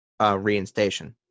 reinstation